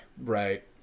Right